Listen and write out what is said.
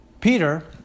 Peter